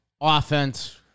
offense